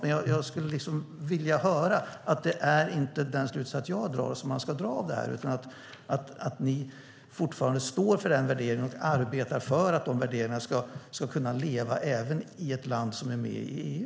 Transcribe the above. Men jag skulle vilja höra att det inte är den slutsats som jag drar som man ska dra av det här, utan att ni fortfarande står för de värderingarna och arbetar för att de ska kunna leva även i ett land som är med i EU.